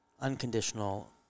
unconditional